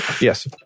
Yes